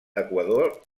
equador